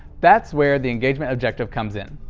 that's where the engagement objective comes in.